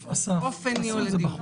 אופן ניהול הדיון.